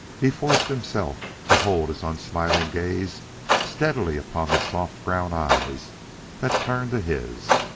he forced himself to hold his unsmiling gaze steadily upon the soft brown eyes that turned to his.